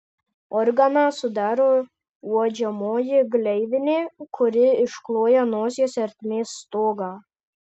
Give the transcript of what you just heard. organą sudaro uodžiamoji gleivinė kuri iškloja nosies ertmės stogą